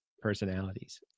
personalities